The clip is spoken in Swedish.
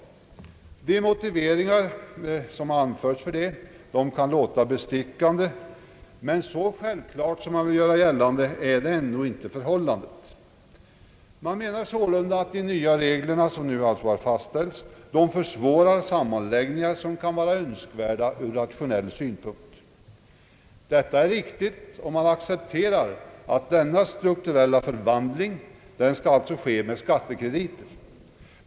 De motiveringar som anföres kan låta bestickande, men så självklart som man vill göra gällande är dock inte förhållandet. Man menar sålunda att de nya reglerna försvårar sammanläggningar som kan vara önskvärda ur rationell synpunkt. Detta är riktigt om man accepterar att denna strukturella förvandling skall ske med skattekrediter.